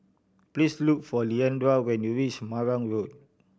please look for Leandra when you reach Marang Road